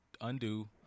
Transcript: undo